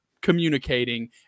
communicating